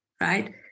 right